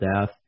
death